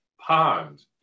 pond